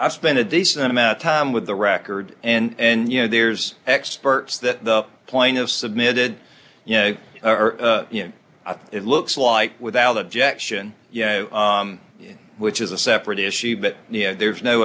i spent a decent amount of time with the record and you know there's experts that the point of submitted you know or you know it looks like without objection you know which is a separate issue but you know there's no